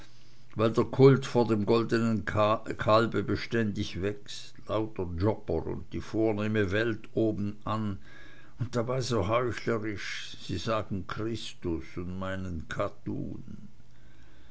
weil der kult vor dem goldenen kalbe beständig wächst lauter jobber und die vornehme welt obenan und dabei so heuchlerisch sie sagen christus und meinen kattun